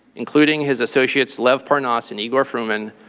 including his associates lev parnas and igor fruman,